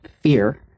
fear